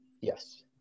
Yes